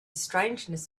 strangeness